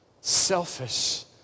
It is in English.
selfish